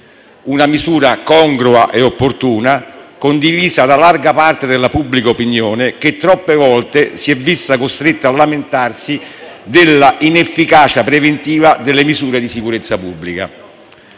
Una misura congrua e opportuna, condivisa da larga parte della pubblica opinione, che troppe volte si è vista costretta a lamentarsi della inefficacia preventiva delle misure di sicurezza pubblica.